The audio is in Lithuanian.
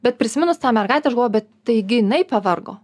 bet prisiminus tą mergaitę aš galvoju bet taigi jinai pavargo